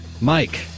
mike